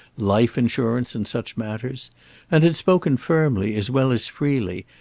life insurance and such matters and had spoken firmly, as well as freely,